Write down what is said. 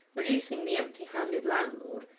reducing the empty-handed landlord,